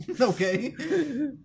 Okay